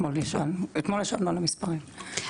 אתמול ישבנו על המספרים,